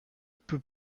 peut